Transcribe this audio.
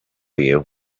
you